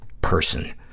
person